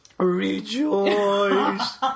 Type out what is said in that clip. Rejoice